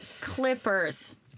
clippers